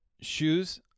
shoes